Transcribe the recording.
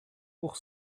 pour